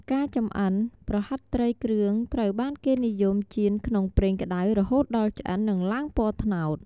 ការចំអិន ប្រហិតត្រីគ្រឿងត្រូវបានគេនិយមចៀនក្នុងប្រេងក្តៅរហូតដល់ឆ្អិន និងឡើងពណ៌ត្នោត។